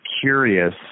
curious